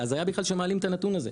זה הזיה שהם בכלל מעלים את הנתון הזה.